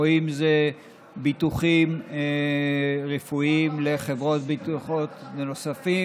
או אם אלה ביטוחים רפואיים של חברות ביטוח נוספות.